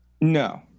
No